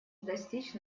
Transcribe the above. достичь